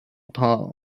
palm